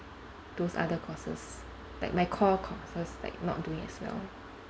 those other courses like my core courses like not doing as well